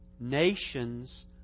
nations